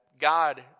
God